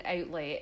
outlet